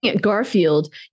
garfield